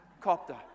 Copter